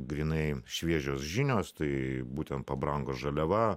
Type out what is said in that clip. grynai šviežios žinios tai būtent pabrango žaliava